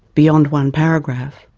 beyond one paragraph,